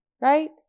right